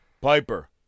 Piper